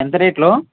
ఎంత రేట్లో